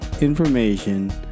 information